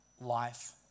life